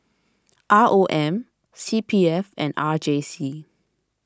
R O M C P F and R J C